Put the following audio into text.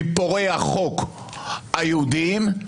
מפורעי החוק היהודים,